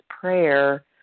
prayer